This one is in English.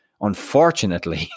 unfortunately